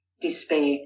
despair